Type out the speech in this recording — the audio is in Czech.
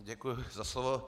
Děkuji za slovo.